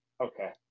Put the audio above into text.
okay